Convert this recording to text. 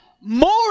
more